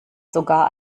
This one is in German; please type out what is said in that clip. sogar